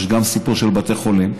יש גם סיפור של בתי חולים,